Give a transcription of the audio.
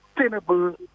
sustainable